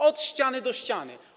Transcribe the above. Od ściany do ściany.